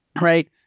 right